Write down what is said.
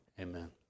Amen